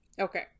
okay